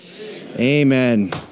Amen